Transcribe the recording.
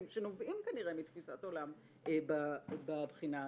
שנובעים כנראה מתפיסת עולם בבחינה הזאת,